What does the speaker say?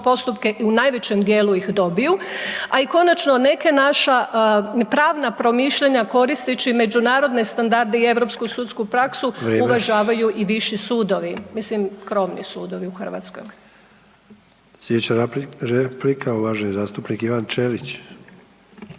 postupke i u najvećem djelu ih dobiju a i konačno neka naša pravna promišljanja koristeći međunarodne standarde i europsku sudsku praksu, uvažavaju i viši sudovi. Mislim, krovni sudovi u Hrvatskoj. **Sanader, Ante (HDZ)** Vrijeme.